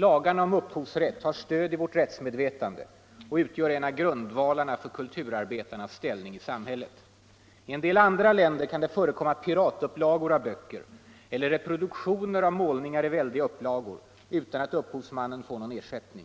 Lagarna om upphovsrätt har stöd i vårt rättsmedvetande och utgör en av grundvalarna för kulturarbetarnas ställning i samhället. I en del andra länder kan det förekomma piratupplagor av böcker eller reproduktioner av målningar i 5 väldiga upplagor utan att upphovsmannen får någon ersättning.